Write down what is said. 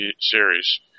series